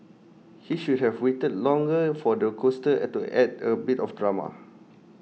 he should have waited longer for the coaster add to add A bit of drama